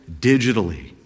digitally